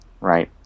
right